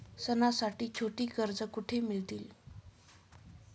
सणांसाठी छोटी कर्जे कुठे मिळतील?